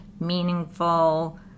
meaningful